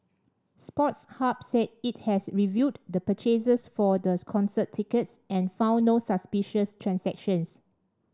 Sports Hub said it has reviewed the purchases for the concert tickets and found no suspicious transactions